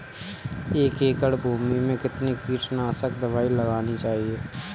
एक एकड़ भूमि में कितनी कीटनाशक दबाई लगानी चाहिए?